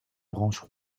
branches